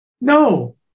no